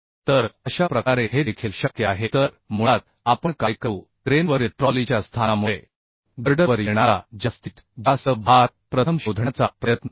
तर अशा प्रकारे हे देखील शक्य आहे तर मुळात आपण काय करू क्रेनवरील ट्रॉलीच्या स्थानामुळे गर्डरवर येणारा जास्तीत जास्त भार प्रथम शोधण्याचा प्रयत्न करू